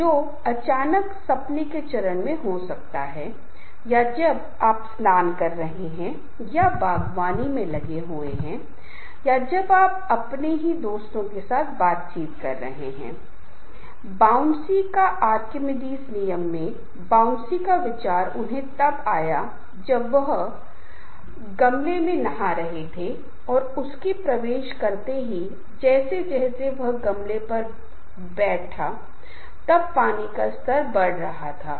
इसलिए इन औपचारिक चीजों के समूह में लोग औपचारिक और सतही बातों पर जाएंगे वे गहरी और सार्थक व्यक्तिगत बातचीत करेंगे और औपचारिक रूप से वे स्वयं का खुलासा करेंगे जब लोग अनौपचारिक हो जाएंगे यहां मैं अपने व्यक्तिगत अनुभव से जोड़ना चाहूंगा कि कई बार ऐसा होता है कि यह अनौपचारिक चर्चा औपचारिक चर्चाओं की तुलना में अधिक प्रभावी और शक्तिशाली है